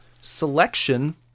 selection